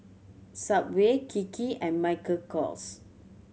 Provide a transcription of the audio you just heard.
Subway Kiki and Michael Kors